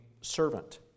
servant